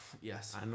Yes